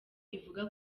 ivuga